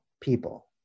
people